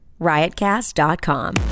Riotcast.com